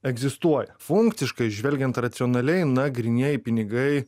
egzistuoja funkciškai žvelgiant racionaliai na grynieji pinigai